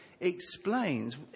explains